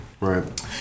Right